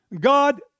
God